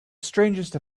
strangest